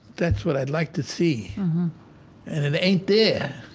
that's what i'd like to see and it ain't there